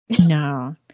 no